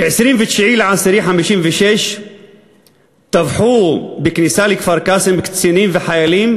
ב-29 באוקטובר 1956 טבחו קצינים וחיילים,